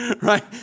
right